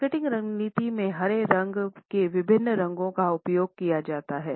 marketing रणनीति में हरे रंग के विभिन्न रंगों का उपयोग किया जाता है